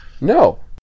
No